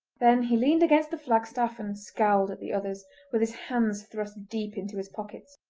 then he leaned against the flagstaff and scowled at the others with his hands thrust deep into his pockets.